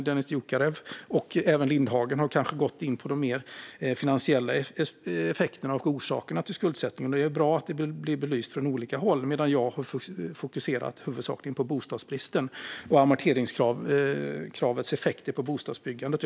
Dennis Dioukarev och även Åsa Lindhagen har kanske gått in på de mer finansiella effekterna och orsakerna till skuldsättningen. Det är bra att detta blir belyst från olika håll. Jag har huvudsakligen fokuserat på bostadsbristen och amorteringskravets effekter på bostadsbyggandet.